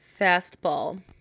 Fastball